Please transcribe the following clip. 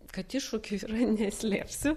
kad iššūkių yra neslėpsiu